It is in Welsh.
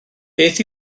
beth